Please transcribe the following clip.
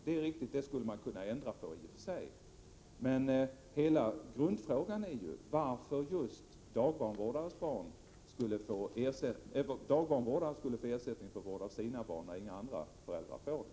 Det är riktigt att man i och för sig skulle kunna ändra på det. Men hela grundfrågan gäller varför just dagbarnvårdare skulle få ersättning för vård av sina barn, när inga andra föräldrar får det.